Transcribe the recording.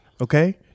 Okay